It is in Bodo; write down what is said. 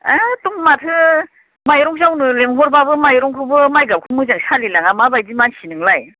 एकदम माथो माइरं जावनो लेंहरबाबो माइरंखौबो माइगाबखौ मोजां सालिलाङा माबायदि मानसि नोंलाय